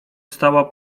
stała